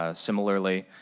ah similarly,